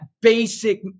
basic